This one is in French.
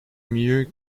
mieux